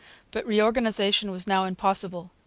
but reorganization was now impossible.